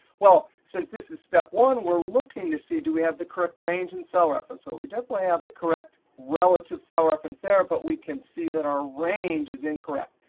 well, since this is step one, we're looking to see, do we have the correct range and cell reference? so we definitely have the correct relative cell reference there. but we can see that our range is incorrect.